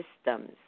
systems